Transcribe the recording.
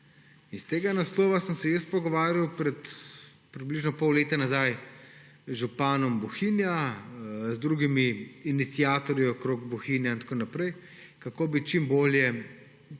Iz tega naslova sem se jaz pogovarjal pred približno pol leta z županom Bohinja, z drugimi iniciatorji okrog Bohinja in tako naprej, kako bi čim bolje